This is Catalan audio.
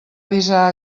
avisar